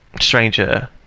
Stranger